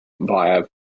via